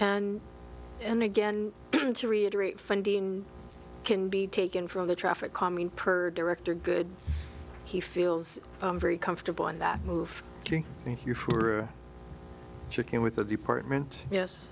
and and again to reiterate funding can be taken from the traffic calming per director good he feels very comfortable on that move thank you for checking with the department yes